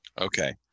Okay